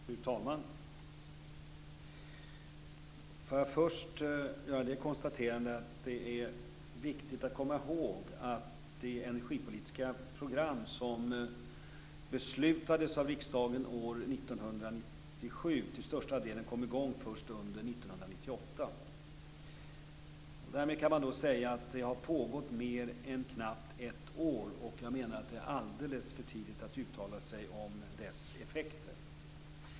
Fru talman! Får jag först göra det konstaterandet att det är viktigt att komma ihåg att det energipolitiska program som beslutades av riksdagen år 1997 till största delen kom i gång först under 1998. Därmed kan man säga att det har pågått knappt ett år. Jag menar att det är alldeles för tidigt att uttala sig om dess effekter.